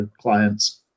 clients